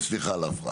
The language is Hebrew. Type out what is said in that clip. וסליחה על ההפרעה.